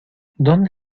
dónde